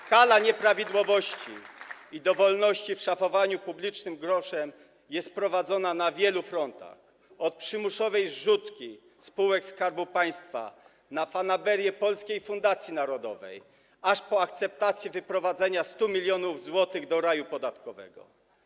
Taką skalę nieprawidłowości i dowolności w szafowaniu publicznym groszem mamy na wielu frontach, od przymusowej zrzutki spółek Skarbu Państwa na fanaberie Polskiej Fundacji Narodowej, aż po akceptację wyprowadzenia 100 mln zł do raju podatkowego.